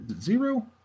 zero